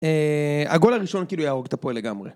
הגול הראשון כאילו יהרוג את הפועל לגמרי.